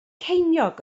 ceiniog